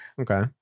okay